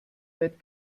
wird